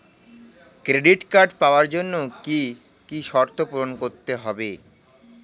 Credit card পাওয়ার জন্য কি কি শর্ত পূরণ করতে হবে?